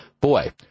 boy